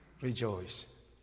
Rejoice